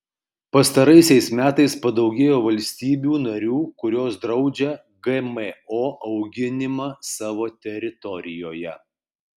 pastaraisiais metais padaugėjo valstybių narių kurios draudžia gmo auginimą savo teritorijoje